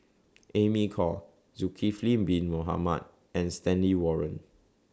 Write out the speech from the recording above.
Amy Khor Zulkifli Bin Mohamed and Stanley Warren